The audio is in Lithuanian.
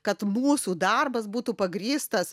kad mūsų darbas būtų pagrįstas